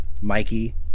Mikey